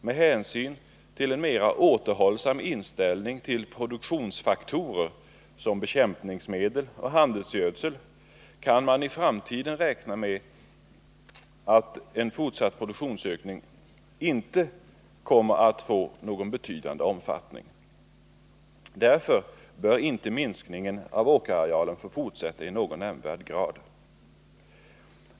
Med hänsyn till en mera återhållsam inställning till produktionsfaktorer som bekämpningsmedel och handelsgödsel kan man för framtiden inte räkna med en fortsatt produktionsökning av betydande omfattning. Därför bör inte minskningen av åkerarealen få fortsätta i någon nämnvärd grad.